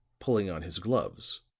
pulling on his gloves,